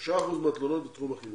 3 אחוזים מהתלונות בתחום החינוך.